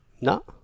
No